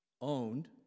owned